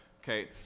Okay